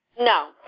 No